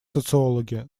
социологи